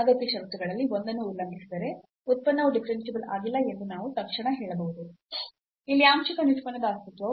ಅಗತ್ಯ ಷರತ್ತುಗಳಲ್ಲಿ ಒಂದನ್ನು ಉಲ್ಲಂಘಿಸಿದರೆ ಉತ್ಪನ್ನವು ಡಿಫರೆನ್ಸಿಬಲ್ ಆಗಿಲ್ಲ ಎಂದು ನಾವು ತಕ್ಷಣ ಹೇಳಬಹುದು ಇಲ್ಲಿ ಆಂಶಿಕ ನಿಷ್ಪನ್ನದ ಅಸ್ತಿತ್ವವು